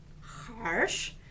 harsh